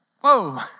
whoa